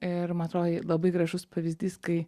ir man atrodė labai gražus pavyzdys kai